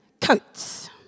coats